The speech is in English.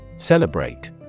Celebrate